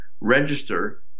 register